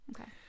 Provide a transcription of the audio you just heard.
Okay